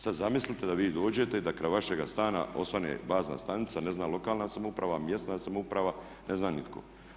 Sad zamislite da vi dođete i da kraj vašega stana osvane bazna stanica, ne zna lokalna samouprava, mjesna samouprava, ne zna nitko.